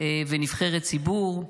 ונבחרת ציבור.